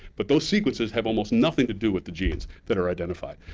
but those sequences have almost nothing to do with the genes that are identified.